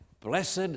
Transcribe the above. Blessed